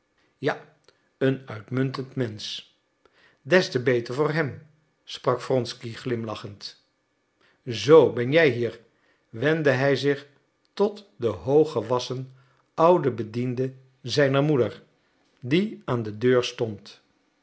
ja een uitmuntend mensch des te beter voor hem sprak wronsky glimlachend zoo ben jij hier wendde hij zich tot den hooggewassen ouden bediende zijner moeder die aan de deur stond